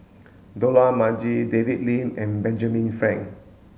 Dollah Majid David Lim and Benjamin Frank